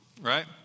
right